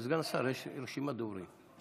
סגן השר, יש רשימת דוברים.